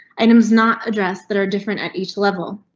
items not addressed that are different at each level.